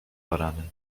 barany